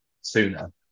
sooner